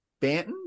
Banton